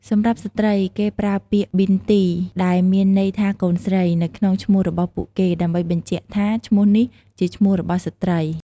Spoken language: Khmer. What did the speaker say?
សម្រាប់ស្ត្រី គេប្រើពាក្យ ប៊ីនទី ដែលមានន័យថាកូនស្រី នៅក្នុងឈ្មោះរបស់ពួកគេ ដើម្បីបញ្ជាក់ថាឈ្មោះនេះជាឈ្មោះរបស់ស្ត្រី។